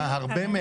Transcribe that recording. אה, הרבה מהן?